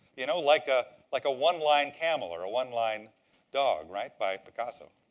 you know, like a like one-line camel, or one-line dog, right? by picasso.